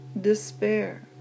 despair